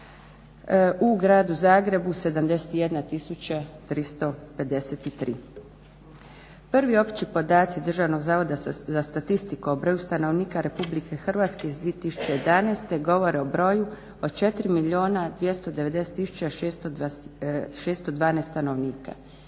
u Gradu Zagrebu 71353. Prvi opći podaci Državnog zavoda za statistiku o broju stanovnika Republike Hrvatske iz 2011. govore o broju od 4 290 612 stanovnika.